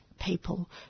people